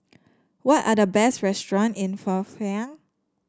what are the best restaurant in Phnom